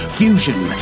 fusion